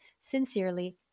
Sincerely